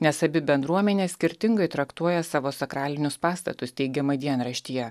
nes abi bendruomenės skirtingai traktuoja savo sakralinius pastatus teigiama dienraštyje